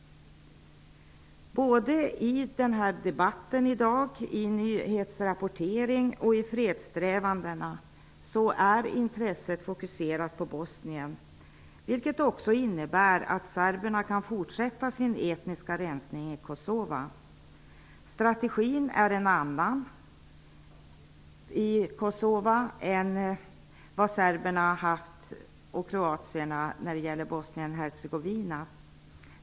Både i denna debatt i dag, i nyhetsrapporteringen och i fredssträvandena är intresset fokuserat på Bosnien. Det innebär att serberna kan fortsätta med sin etniska rensning i Kosova. Strategin är en annan i Kosova än den har varit i Bosnien Hercegovina.